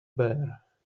bear